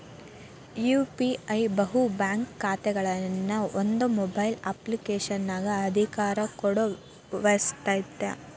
UPI ಬಹು bank ಖಾತೆಗಳನ್ನ ಒಂದ ಮೊಬೈಲ್ ಅಪ್ಲಿಕೇಶನಗ ಅಧಿಕಾರ ಕೊಡೊ ವ್ಯವಸ್ತ